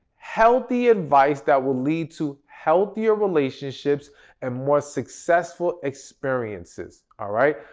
healthy advice that will lead to healthier relationships and more successful experiences, all right.